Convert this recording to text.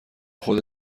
خودت